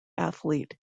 athlete